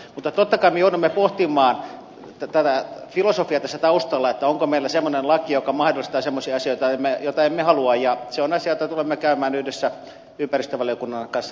mutta totta kai me joudumme pohtimaan filosofiaa tässä taustalla onko meillä semmoinen laki joka mahdollistaa semmoisia asioita joita emme halua ja se on asia jota tulemme käymään yhdessä ympäristövaliokunnan kanssa läpi ensi viikolla